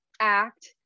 act